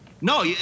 no